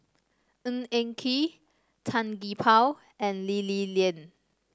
Ng Eng Kee Tan Gee Paw and Lee Li Lian